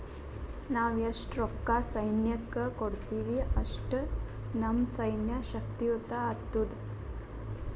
ನಾವ್ ಎಸ್ಟ್ ರೊಕ್ಕಾ ಸೈನ್ಯಕ್ಕ ಕೊಡ್ತೀವಿ, ಅಷ್ಟ ನಮ್ ಸೈನ್ಯ ಶಕ್ತಿಯುತ ಆತ್ತುದ್